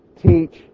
teach